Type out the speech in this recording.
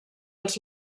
els